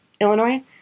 Illinois